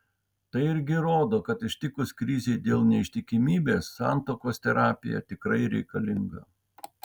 tai irgi rodo kad ištikus krizei dėl neištikimybės santuokos terapija tikrai reikalinga